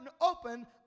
open